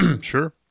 sure